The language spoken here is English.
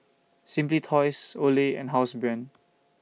Simply Toys Olay and Housebrand